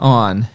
on